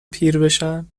پیربشن